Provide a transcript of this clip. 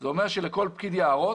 זה אומר שלכל פקיד יערות